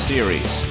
Series